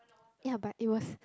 ya but it was